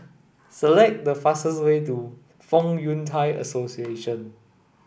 select the fastest way to Fong Yun Thai Association